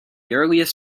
earliest